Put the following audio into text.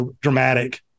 dramatic